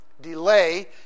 Delay